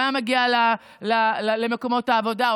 הוא היה מגיע למקומות העבודה,